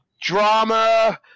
drama